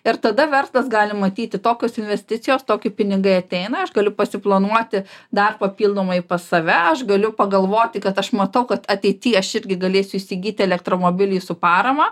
ir tada verslas gali matyti tokios investicijos tokie pinigai ateina aš galiu pasiplanuoti dar papildomai pas save aš galiu pagalvoti kad aš matau kad ateity aš irgi galėsiu įsigyti elektromobilį su parama